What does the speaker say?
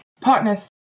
partners